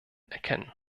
erkennen